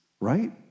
right